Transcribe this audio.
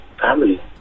family